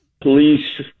police